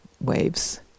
waves